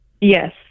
Yes